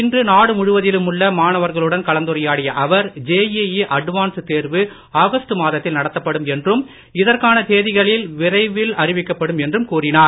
இன்று நாடு முழுவதிலுமுள்ள மாணவர்களுடன் கலந்துரையாடிய அவர் ஜேஇஇ அட்வான்ஸ் தேர்வு ஆகஸ்டு மாதத்தில் நடத்தப்படும் என்றும் இதற்கான தேதிகள் விரைவில் அறிவிக்கப்படும் என்றும் கூறினார்